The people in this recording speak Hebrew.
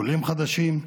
עולים חדשים,